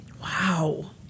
Wow